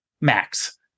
max